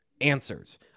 answers